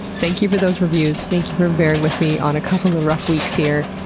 thank you for those reviews, thank you for bearing with me on a couple of rough weeks here.